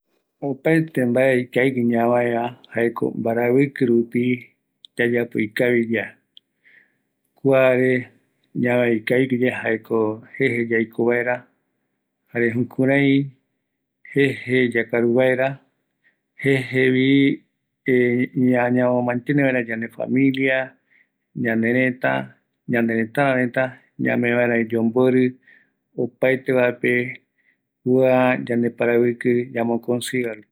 Opaete mbae ikavigue ñavaeva jaeko oïme ramo yayapo mbaravɨkɨ opaete yande pɨarupi ramo, jäëramoko ñavaëvi supe ikavigueva, jare jukurai yave ñame vaeravi yomborɨ ikavigueva